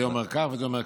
זה אומר כך וזה אומר כך.